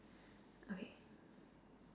okay